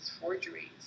forgeries